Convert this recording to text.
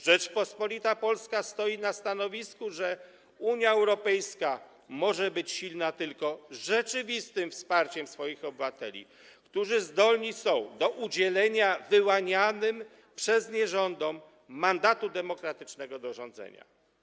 Rzeczpospolita Polska stoi na stanowisku, że Unia Europejska może być silna tylko rzeczywistym wsparciem swoich obywateli, którzy zdolni są do udzielenia wyłanianym przez nich rządom mandatu demokratycznego do rządzenia.